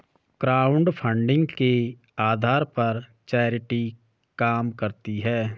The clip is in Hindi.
क्राउडफंडिंग के आधार पर चैरिटी काम करती है